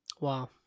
Wow